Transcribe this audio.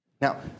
Now